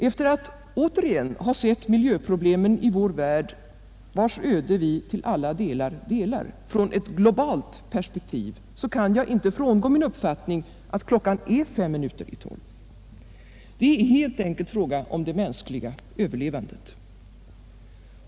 Efter att återigen ha sett miljöproblemen i vår värld, vars öde vi alla delar, från ett globalt perspektiv kan jag inte överge min uppfattning att klockan är fem minuter i tolv. Det är helt enkelt fråga om det mänskliga överlevandet.